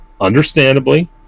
understandably